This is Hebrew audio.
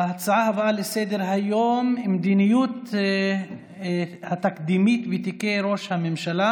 ההצעה הבאה לסדר-היום: מדיניות התקדימים בתיקי ראש הממשלה,